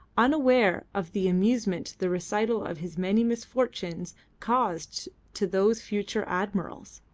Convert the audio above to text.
unaware of the amusement the recital of his many misfortunes caused to those future admirals.